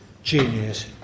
Genius